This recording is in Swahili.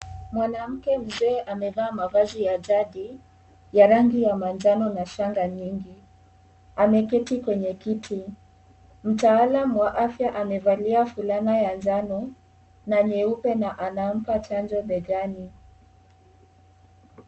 Mwanamke mzee amevaa mavazi ya jadi ya rangi ya manjano na shanga nyingi. Ameketi kwenye kiti. Mtaalam wa afya amevalia fulana ya njano na nyeupe na anampa chanjo begani.